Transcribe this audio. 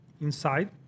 inside